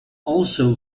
also